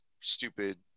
stupid